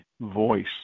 voice